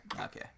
Okay